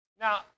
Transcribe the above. Now